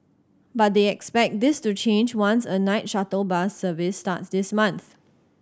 but they expect this to change once a night shuttle bus service starts this month